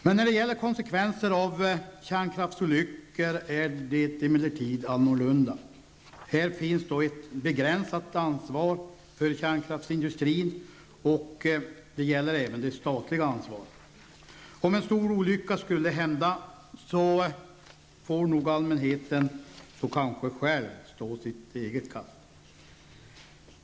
Men när det gäller konsekvenser av kärnkraftsolyckor är det emellertid annorlunda. Här finns ett begränsat ansvar för kärnkraftsindustrin, och det gäller även det statliga ansvaret. Om en stor olycka skulle hända, får kanske allmänheten själv stå sitt kast.